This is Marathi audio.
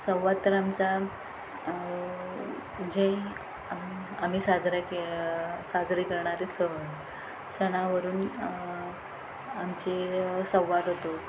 संवाद तर आमचा जे आम्ही साजरा के साजरी करणारे सण सणावरून आमचे संवाद होतो